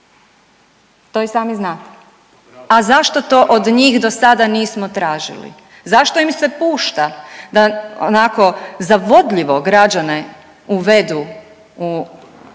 To i sami znate, a zašto to od njih dosada nismo tražili, zašto im se pušta da onako zavodljivo građane uvedu u